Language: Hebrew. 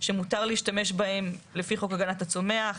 שמותר להשתמש בהם לפי חוק הגנת הצומח,